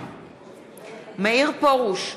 מאיר פרוש,